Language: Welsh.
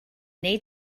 wnei